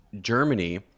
Germany